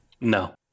No